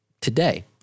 today